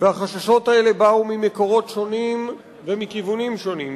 החששות האלה באו ממקורות שונות ומכיוונים שונים,